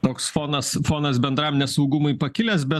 toks fonas fonas bendram nesaugumui pakilęs bet